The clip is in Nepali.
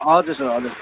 हजुर सर हजुर